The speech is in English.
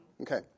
Okay